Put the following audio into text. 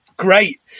Great